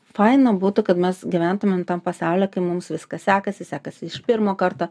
faina būtų kad mes gyventumėm tam pasauly kai mums viskas sekasi sekasi iš pirmo karto